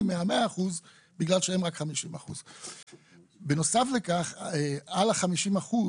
מה-100% בגלל שהם רק 50%. בנוסף לכך על ה-50%,